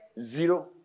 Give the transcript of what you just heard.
Zero